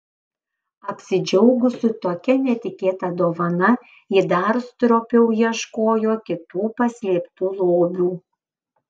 apsidžiaugusi tokia netikėta dovana ji dar stropiau ieškojo kitų paslėptų lobių